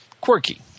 quirky